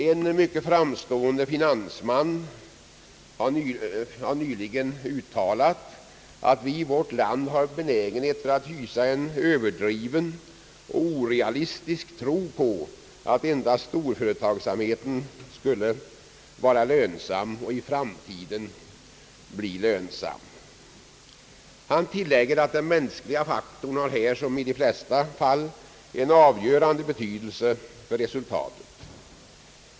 En framstående finansman har nyligen uttalat, att vi i vårt land har benägenhet för att hysa en överdriven och orealistisk tro på att endast storföretagsamheten skulle vara lönsam och i framtiden bli lönsam. Han tillägger att den mänskliga fatkorn här liksom i de flesta fall har en avgörande betydelse för resultatet.